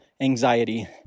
anxiety